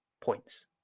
points